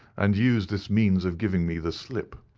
and used this means of giving me the slip.